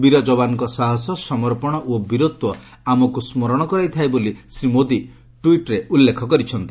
ବୀର ଯବାନଙ୍କ ସାହସ ସମର୍ପଣ ଓ ବୀରତ୍ୱ ଆମକୁ ସ୍କରଶ କରାଇଥାଏ ବୋଲି ଶ୍ରୀ ମୋଦି ଟ୍ୱିଟ୍ରେ ଉଲ୍ଲେଖ କରିଛନ୍ତି